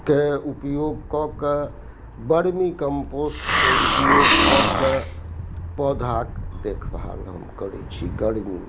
के उपयोग कऽ कऽ बरमी कम्पोस्टके उपयोग कऽ कऽ पौधाके देखभाल हम करै छी गर्मीमे